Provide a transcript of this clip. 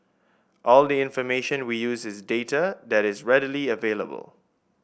all the information we use is data that is readily available